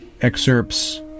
Excerpts